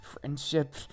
friendship